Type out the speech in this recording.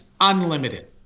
unlimited